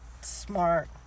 smart